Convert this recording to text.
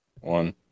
one